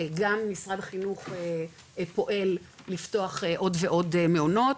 גם משרד החינוך פועל לפתוח עוד ועוד מעונות,